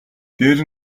дээр